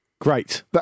great